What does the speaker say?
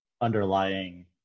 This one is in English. underlying